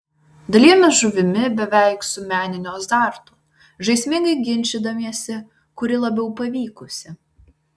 dalijomės žuvimi beveik su meniniu azartu žaismingai ginčydamiesi kuri labiau pavykusi